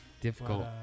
difficult